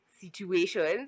situations